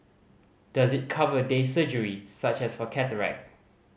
does it cover day surgery such as for cataract